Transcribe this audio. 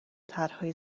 طرحهای